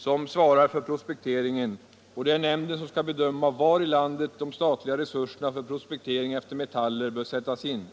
som svarar för prospekteringen, och det är nämnden som skall bedöma var i landet de statliga resurserna för prospektering efter metaller bör sättas in.